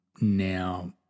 Now